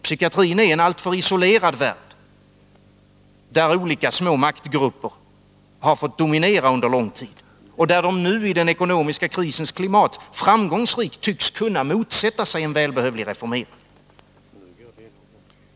Psykiatrin är en alltför isolerad värld, där olika små maktgrupper har fått dominera under lång tid och där de nu i den ekonomiska krisens klimat framgångsrikt tycks kunna motsätta sig en välbehövlig reformering.